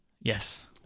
Yes